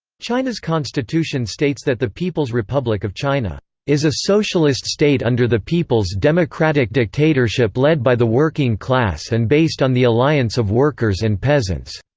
china's constitution states that the people's republic of china is a socialist state under the people's democratic dictatorship led by the working class and based on the alliance of workers and peasants,